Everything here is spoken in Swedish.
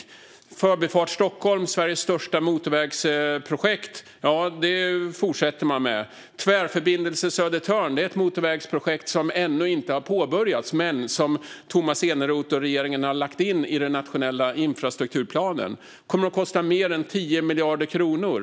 Man fortsätter med Förbifart Stockholm, Sveriges största motorvägsprojekt. Tvärförbindelse Södertörn är ett motorvägsprojekt som ännu inte har påbörjats men som Tomas Eneroth och regeringen har lagt in i den nationella infrastrukturplanen. Det kommer att kosta mer än 10 miljarder kronor.